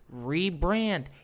rebrand